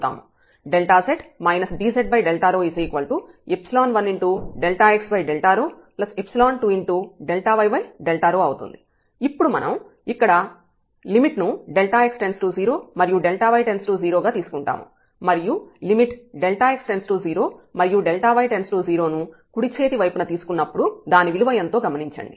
z dz1x2y ఇప్పుడు ఇక్కడ మనం లిమిట్ ను x→0 మరియు y→0గా తీసుకుంటాము మరియు లిమిట్ x→0 మరియు y→0 ను కుడిచేతి వైపున తీసుకున్నప్పుడు దాని విలువ ఎంతో గమనించండి